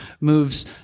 moves